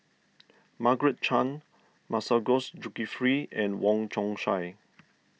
Margaret Chan Masagos Zulkifli and Wong Chong Sai